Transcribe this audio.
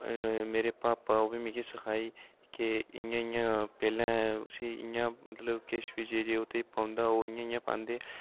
मेरे भापा ओह् बी मिगी सखाई कि इ'यां इ'यां पैह्लें उस्सी इ'यां मतलब किश किश केह् केह् ओह्दे च पौंदा ओह् इ'यां इ'यां पांदे तां